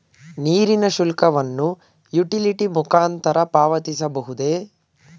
ನೀರಿನ ಶುಲ್ಕವನ್ನು ಯುಟಿಲಿಟಿ ಮುಖಾಂತರ ಪಾವತಿಸಬಹುದೇ?